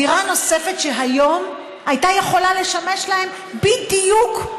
דירה נוספת שהיום הייתה יכולה לשמש להם בדיוק,